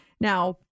Now